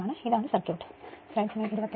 ഇതാണ് സർക്യൂട്ട്